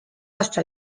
hasta